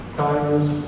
kindness